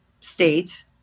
state